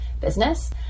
business